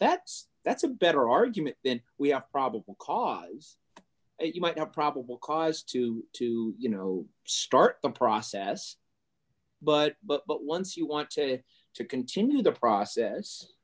that's that's a better argument then we have probable cause you might have probable cause to to you know start the process but but but once you want to to continue the process